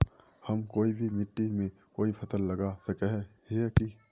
हम कोई भी मिट्टी में कोई फसल लगा सके हिये की?